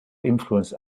influenced